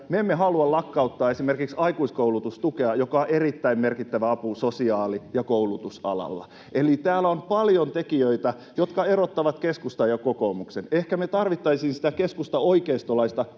Me emme halua lakkauttaa esimerkiksi aikuiskoulutustukea, joka on erittäin merkittävä apu sosiaali- ja koulutusalalla. Eli täällä on paljon tekijöitä, jotka erottavat keskustan ja kokoomuksen. Ehkä me tarvittaisiin sitä keskustaoikeistolaista